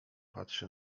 patrzy